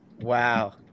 Wow